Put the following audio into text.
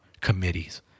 committees